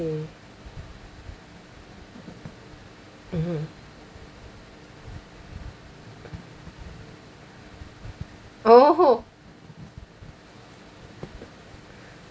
mmhmm oh